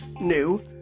new